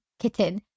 kitten